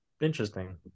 Interesting